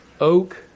oak